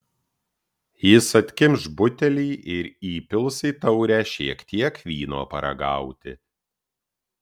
jis atkimš butelį ir įpils į taurę šiek tiek vyno paragauti